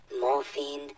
Morphine